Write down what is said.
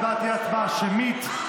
ההצבעה תהיה שמית.